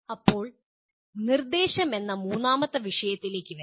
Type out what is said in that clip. ഇപ്പോൾ "നിർദ്ദേശം" എന്ന മൂന്നാമത്തെ വിഷയത്തിലേക്ക് വരാം